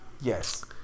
Yes